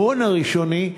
ההון הראשוני,